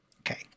Okay